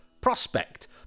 prospect